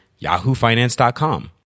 yahoofinance.com